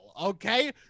Okay